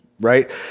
Right